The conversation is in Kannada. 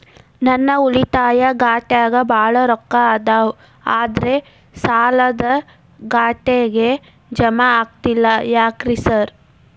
ನನ್ ಉಳಿತಾಯ ಖಾತ್ಯಾಗ ಬಾಳ್ ರೊಕ್ಕಾ ಅದಾವ ಆದ್ರೆ ಸಾಲ್ದ ಖಾತೆಗೆ ಜಮಾ ಆಗ್ತಿಲ್ಲ ಯಾಕ್ರೇ ಸಾರ್?